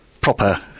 proper